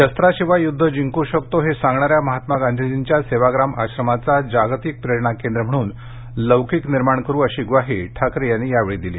शस्त्राशिवाय युद्ध जिंकू शकतो हे सागणार्याल महात्मा गांधीजींच्या सेवाग्राम आश्रमाचा जागतिक प्रेरणा केंद्र म्हणून लौकीक निर्माण करू अशी ग्वाही ठाकरे यांनी यावेळी दिली